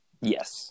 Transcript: Yes